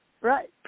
Right